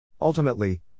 Ultimately